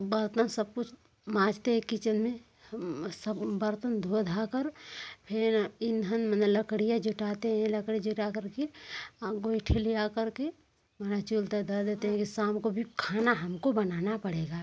बर्तन सब कुछ माजते हैं किचन में सब बर्तन धो धाकर फिर ईंधन मने लकड़ियाँ जुटाते हैं लकड़ी जुटा करके लिया करके वहाँ धर देते हैं फिर शाम को भी खाना हमको बनाना पड़ेगा